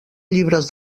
llibres